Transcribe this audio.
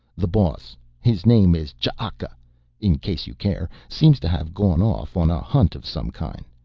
the boss, his name is ch'aka in case you care, seems to have gone off on a hunt of some kind.